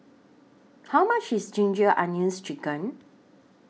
How much IS Ginger Onions Chicken